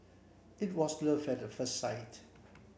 it was love at the first sight